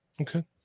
Okay